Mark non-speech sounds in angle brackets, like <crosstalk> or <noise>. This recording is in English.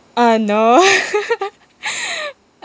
uh no <laughs>